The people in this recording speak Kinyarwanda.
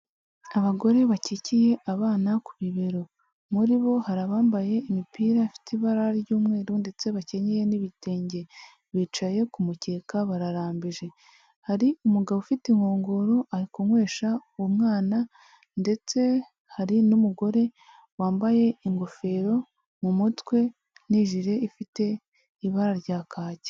Abagore bakikiye abana ku bibero, muri bo hari abambaye imipira ifite ibara ry'umweru ndetse bakenyeye n'ibitenge, bicaye ku mukeka bararambije hari umugabo ufite inkongoro ari kunywesha uwo mwana ndetse hari n'umugore wambaye ingofero mu mutwe n'ijiri ifite ibara rya kaki.